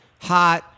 hot